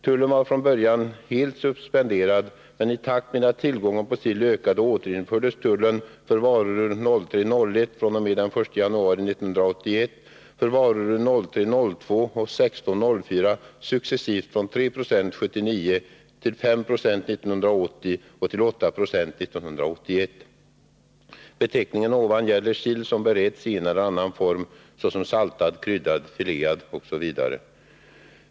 Tullen var från början helt suspenderad, men i takt med att tillgången på sill ökade återinfördes tullen för varor ur 03.01 fr.o.m. den 1 januari 1981, för varor ur 03.02 och 16.04 successivt från 3 96 1979 till 5 90 1980 och till 8 96 1981. Beteckningarna gäller sill som har beretts i en eller annan form — den är saltad, filead, kryddad osv.